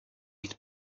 být